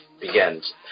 begins